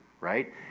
Right